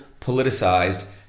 politicized